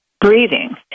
breathing